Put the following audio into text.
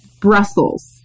Brussels